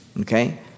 Okay